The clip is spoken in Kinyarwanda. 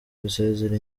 gusezera